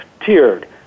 tiered